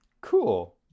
Cool